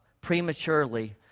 prematurely